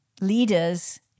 leaders